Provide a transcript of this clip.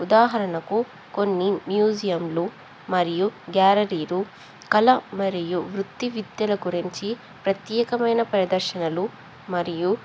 ఉదాహరణకు కొన్ని మ్యూజియంలు మరియు గ్యాలరీలు కళ మరియు వృత్తి విద్యల గురించి ప్రత్యేకమైన ప్రదర్శనలు మరియు